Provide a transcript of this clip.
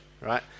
right